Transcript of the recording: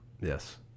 Yes